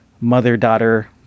mother-daughter